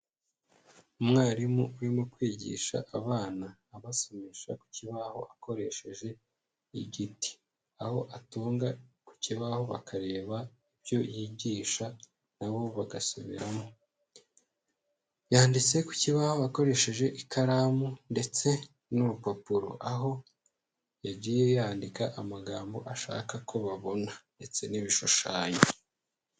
Umwarimu urimo kwigisha abana, abasomesha ku kibaho akoresheje igiti. Aho atunga ku kibaho bakareba ibyo yigisha na bo bagasubiramo. Yanditse ku kibaho akoresheje ikaramu ndetse n'urupapuro, aho yagiye yandika amagambo ashaka ko babona ndetse n'ibishushanyo.